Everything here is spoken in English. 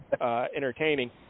entertaining